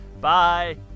Bye